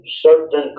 certain